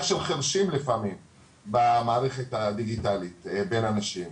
של חירשים לפעמים במערכת הדיגיטלית בין אנשים,